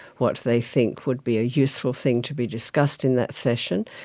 what they think would be a useful thing to be discussed in that session.